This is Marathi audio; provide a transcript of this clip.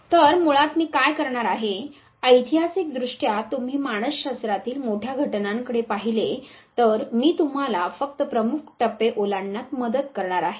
तर मुळात मी काय करणार आहे ऐतिहासिक दृष्ट्या तुम्ही मानस शास्त्रातील मोठ्या घटनांकडे पाहिले तर मी तुम्हाला फक्त प्रमुख टप्पे ओलांडण्यात मदत करणार आहे